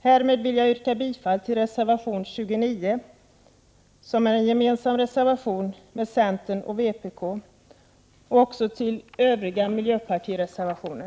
Härmed vill jag yrka bifall till reservation nr 29, som miljöpartiet har avgivit gemensamt med centern och vpk, och även till övriga miljöpartireservationer.